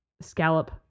scallop